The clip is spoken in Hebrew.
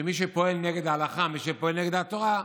שמי שפועל נגד ההלכה, מי שפועל נגד התורה,